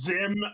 Zim